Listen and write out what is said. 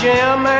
Jim